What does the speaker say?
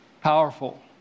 powerful